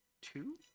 Two